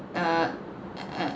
err err